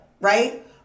right